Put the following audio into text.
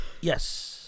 yes